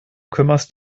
kümmerst